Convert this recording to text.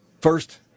First